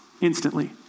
instantly